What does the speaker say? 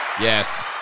Yes